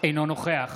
אינו נוכח